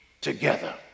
together